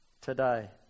today